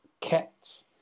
cats